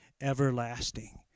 everlasting